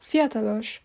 Fiatalos